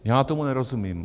Já tomu nerozumím.